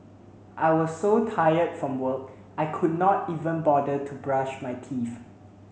I was so tired from work I could not even bother to brush my teeth